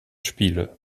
spiele